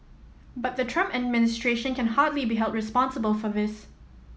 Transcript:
but the Trump administration can hardly be held responsible for this